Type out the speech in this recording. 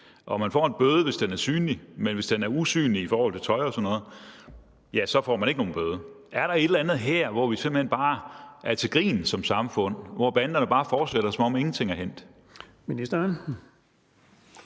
og man får en bøde, hvis den er synlig, men hvis den er usynlig i forhold til tøj og sådan noget, får man ikke nogen bøde. Er der et eller andet her, hvor vi simpelt hen bare er til grin som samfund, hvor banderne bare fortsætter, som om ingenting er hændt?